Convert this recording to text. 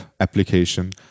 application